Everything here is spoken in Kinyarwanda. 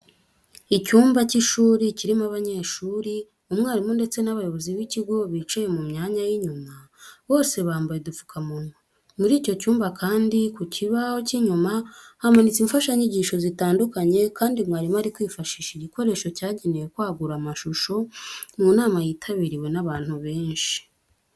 Icyumba cy'ishuri kirimo abanyeshuri, umwarimu ndetse n'abayobozi b'ikigo bicaye mu myanya y'inyuma. Bose bambaye udupfukamunwa. Muri icyo cyumba kandi ku kibaho cy'inyuma hamanitse imfashanyigisho zitandukanye kandi mwarimu ari kwifashisha igikoresho cyagenewe kwagura amashusho mu nama yitabiriwe n'abantu benshi.